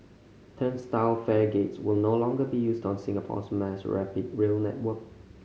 turnstile fare gates will no longer be used on Singapore's mass rapid rail network